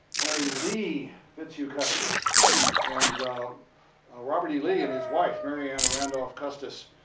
mary lee fitzhugh custis and robert e. lee and his wife, marianna randolph custis,